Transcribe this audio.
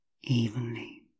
evenly